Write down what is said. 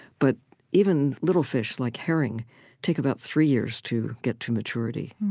but even little fish like herring take about three years to get to maturity.